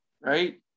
right